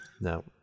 No